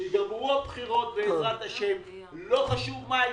ייגמרו הבחירות, בעזרתם השם, לא חשוב מה יקרה,